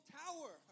tower